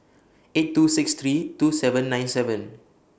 eight two six three two seven nine seven